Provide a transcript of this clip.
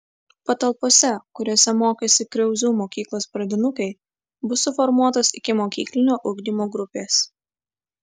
patalpose kuriose mokėsi kriauzų mokyklos pradinukai bus suformuotos ikimokyklinio ugdymo grupės